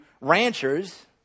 ranchers